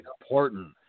important